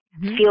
feel